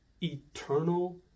eternal